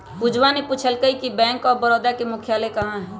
पूजवा ने पूछल कई कि बैंक ऑफ बड़ौदा के मुख्यालय कहाँ हई?